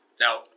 Now